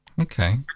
Okay